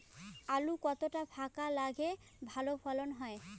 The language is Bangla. আলু কতটা ফাঁকা লাগে ভালো ফলন হয়?